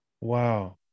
Wow